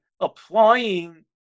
applying